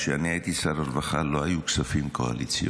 כשאני הייתי שר הרווחה לא היו כספים קואליציוניים.